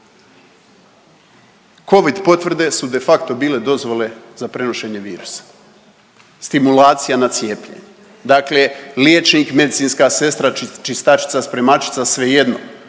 Covid potvrde su de facto bile dozvole za prenošenje virusa. Stimulacija na cijepljenje. Dakle liječnik, medicinska sestra, čistačica, spremačica, svejedno.